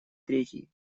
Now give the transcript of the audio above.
третий